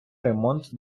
ремонт